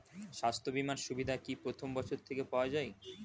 স্বাস্থ্য বীমার সুবিধা কি প্রথম বছর থেকে পাওয়া যায়?